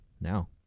now